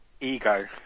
ego